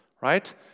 Right